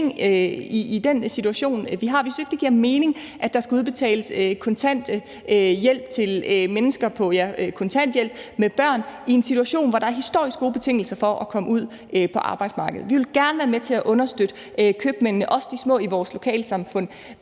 i den situation, vi står i. Vi synes ikke, det giver mening, at der skal udbetales kontanthjælp til mennesker på kontanthjælp med børn i en situation, hvor der er historisk gode betingelser for at komme ud på arbejdsmarkedet. Vi vil gerne være med til at understøtte købmændene, også de små købmænd i vores lokalsamfund,